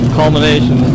culmination